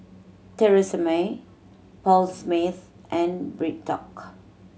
Tresemme Paul Smith and BreadTalk